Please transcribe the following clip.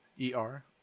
E-R